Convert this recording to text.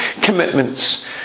commitments